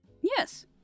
Yes